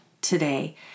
today